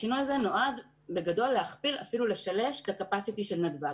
השינוי הזה נועד להכפיל ואפילו לשלש את הקפסיטי של נתב"ג.